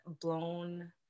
blown